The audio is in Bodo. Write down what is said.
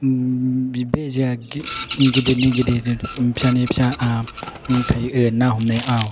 बे जेआ गिदिरनि गिदिर फिसानि फिसा थायो ना हमनायाव